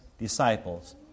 disciples